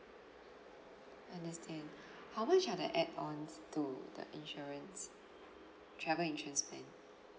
understand how much are the add ons to the insurance travel insurance plan